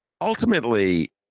Ultimately